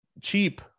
cheap